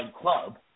Club